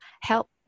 help